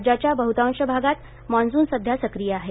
राज्याच्या बहतांश भागात मान्सून सध्या सक्रीय आहे